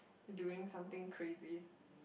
doing something crazy